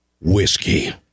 whiskey